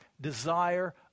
desire